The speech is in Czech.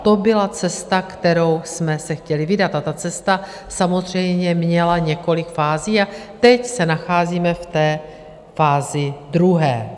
To byla cesta, kterou jsme se chtěli vydat, a ta cesta samozřejmě měla několik fází a teď se nacházíme v té fázi druhé.